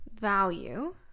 value